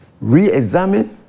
re-examine